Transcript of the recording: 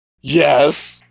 Yes